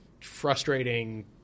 frustrating